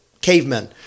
cavemen